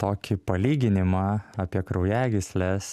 tokį palyginimą apie kraujagysles